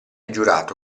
giurato